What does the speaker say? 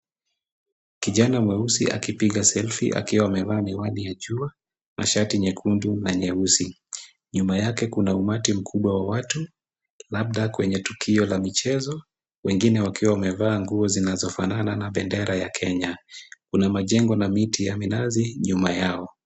Kijana mweusi akipiga selfie akiwa amevaa miwani ya jua na shati nyekundu na nyeusi. Nyuma yake kuna umati mkubwa wa watu, labda kwenye tukio la michezo, wengine wakiwa wamevaa nguo zinazofanana na bendera ya Kenya. Kuna majengo na miti ya minazi nyuma yao.